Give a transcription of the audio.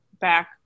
back